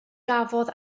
gafodd